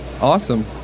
Awesome